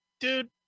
dude